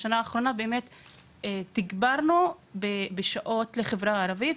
בשנה האחרונה גם תגברנו את השעות בחברה הערבית,